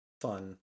fun